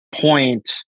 point